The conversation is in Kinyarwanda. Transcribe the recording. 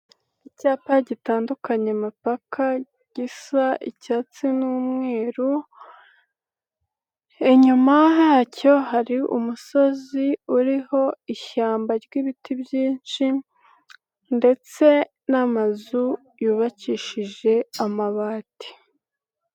Icyapa gitandukanya imipaka gisa icyatsi n'umweru, inyuma yacyo hari umusozi uriho ishyamba ry'ibiti byinshi ndetse n'amazu yubakishije amabati.